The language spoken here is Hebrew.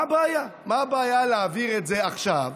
מה הבעיה, מה הבעיה להעביר את זה עכשיו?